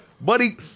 buddy